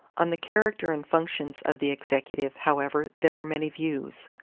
on the character and functions of the executive, however, there were many views.